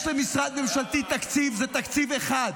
יש למשרד ממשלתי תקציב, זה תקציב אחד.